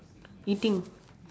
eating